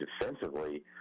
defensively